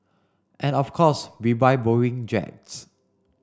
and of course we buy Boeing jets